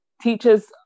Teachers